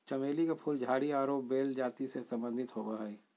चमेली के फूल झाड़ी आरो बेल जाति से संबंधित होबो हइ